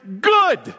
good